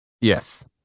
Yes